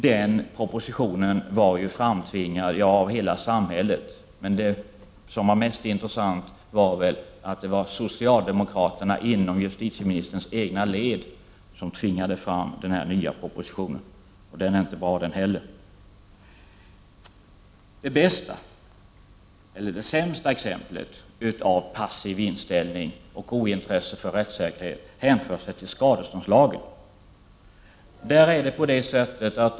Den propositionen var framtvingad av hela samhället. Det mest intressanta är väl att det var socialdemokraterna inom justitieministerns egna led som tvingade fram en proposition. Dess innehåll kunde dock ha varit bättre. Det bästa exemplet — eller det sämsta — på en passiv inställning och ett ointresse för rättssäkerhet hänför sig till skadeståndslagen.